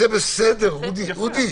זה בסדר, אודי.